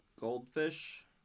Goldfish